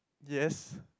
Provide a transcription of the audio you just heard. yes